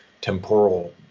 temporal